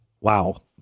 Wow